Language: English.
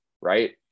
right